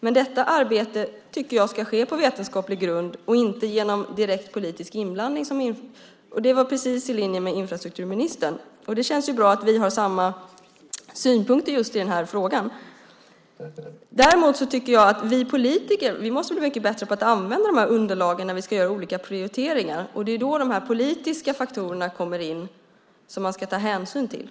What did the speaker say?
Men detta arbete tycker jag ska ske på vetenskaplig grund och inte genom direkt politisk inblandning. Det är precis i linje med infrastrukturministerns synpunkt - det känns ju bra att vi har samma synpunkter just i den frågan. Däremot tycker jag att vi politiker måste bli mycket bättre på att använda de här underlagen när vi ska göra olika prioriteringar. Det är då de här politiska faktorerna kommer in som man ska ta hänsyn till.